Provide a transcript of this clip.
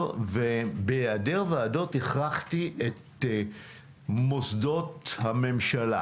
ובהיעדר ועדות הכרחתי את מוסדות הממשלה,